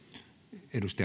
arvoisa